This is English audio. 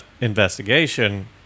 investigation